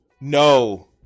no